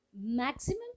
maximum